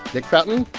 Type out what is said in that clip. nick fountain,